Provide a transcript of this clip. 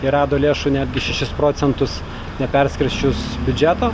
ji rado lėšų netgi šešis procentus neperskirsčius biudžeto